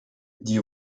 die